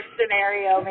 Scenario